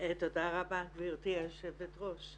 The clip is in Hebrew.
רבה גברתי היושבת ראש.